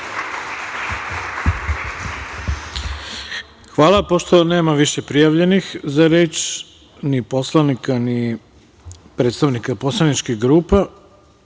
Hvala. Pošto nema više prijavljenih za reč, ni poslanika, ni predstavnika poslaničkih grupa,